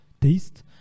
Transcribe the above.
taste